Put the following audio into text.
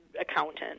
accountant